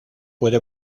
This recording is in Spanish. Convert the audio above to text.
puede